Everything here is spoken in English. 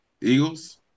Eagles